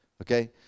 okay